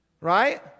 Right